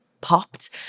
popped